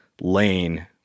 lane